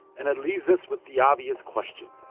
and that leaves us with the obvious question.